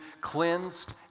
cleansed